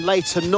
Later